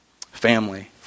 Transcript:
Family